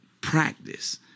practice